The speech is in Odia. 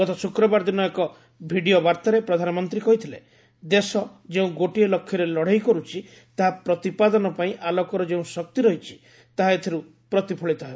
ଗତ ଶୁକ୍ରବାର ଦିନ ଏକ ଭିଡ଼ିଓ ବାର୍ତ୍ତାରେ ପ୍ରଧାନମନ୍ତ୍ରୀ କହିଥିଲେ ଦେଶ ଯେଉଁ ଗୋଟିଏ ଲକ୍ଷ୍ୟରେ ଲଢ଼େଇ କରୁଛି ତାହା ପ୍ରତିପାଦନ ପାଇଁ ଆଲୋକର ଯେଉଁ ଶକ୍ତି ରହିଛି ତାହା ଏଥିରୁ ପ୍ରତିଫଳିତ ହେବ